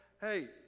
hey